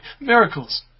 Miracles